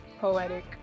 poetic